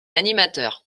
animateur